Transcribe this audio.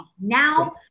Now